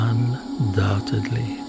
Undoubtedly